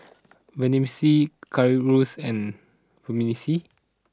Vermicelli Currywurst and Vermicelli